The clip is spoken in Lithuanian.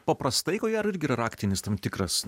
paprastai ko gero irgi yra raktinis tam tikras